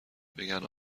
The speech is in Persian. بگن